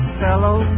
fellow